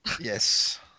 Yes